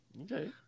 Okay